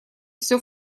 всё